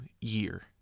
year